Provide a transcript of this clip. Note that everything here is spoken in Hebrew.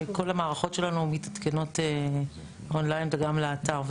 כל המערכות שלנו מתעדכנות און ליין וגם לאתר.